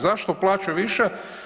Zašto uplaćuju više?